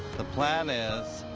the plan is,